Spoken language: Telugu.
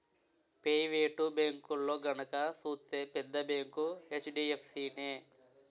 పెయివేటు బేంకుల్లో గనక సూత్తే పెద్ద బేంకు హెచ్.డి.ఎఫ్.సి నే